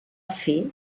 fer